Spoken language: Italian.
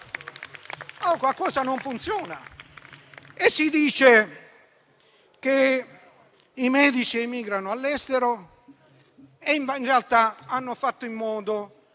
qualcosa non funziona. Si dice che i medici emigrano all'estero e in realtà hanno fatto in modo